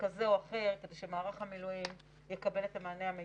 כדי שמערך המילואים יקבל את המענה המיטבי.